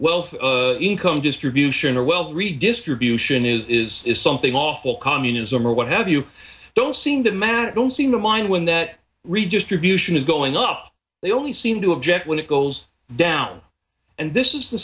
well income distribution of wealth redistribution is is something awful communism or what have you don't seem to matter don't seem to mind when that redistribution is going up they only seem to object when it goes down and this is the